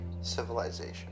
civilization